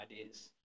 ideas